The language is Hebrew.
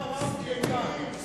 יוחזר רפי איתן.